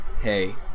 hey